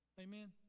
Amen